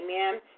Amen